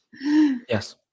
Yes